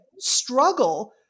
struggle